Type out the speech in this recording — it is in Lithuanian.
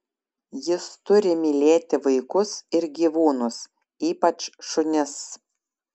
jis turi mylėti vaikus ir gyvūnus ypač šunis